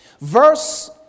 verse